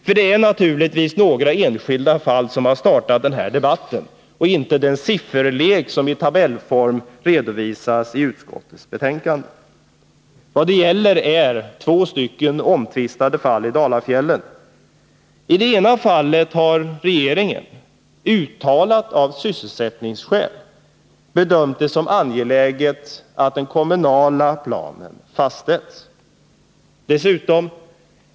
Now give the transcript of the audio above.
För det är naturligtvis de enskilda fallen som startat den här debatten. Vad det specifikt gäller är två omtvistade fall i Dalafjällen. I det ena fallet har regeringen av sysselsättningsskäl bedömt det som angeläget att den kommunala planen fastställs.